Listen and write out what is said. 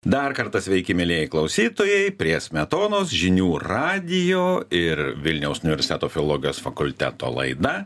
dar kartą sveiki mielieji klausytojai prie smetonos žinių radijo ir vilniaus universiteto filologijos fakulteto laida